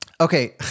Okay